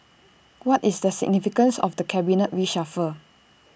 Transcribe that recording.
what is the significance of the cabinet reshuffle